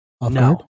no